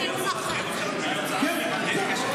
זה כיוון אחר --- כן, כן.